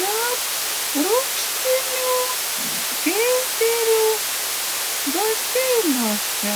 net rūgštinių geizerių baseinuose